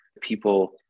people